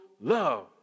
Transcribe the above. love